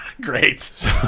Great